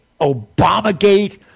Obamagate